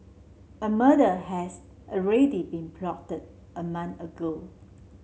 a murder has already been plotted a month ago